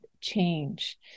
change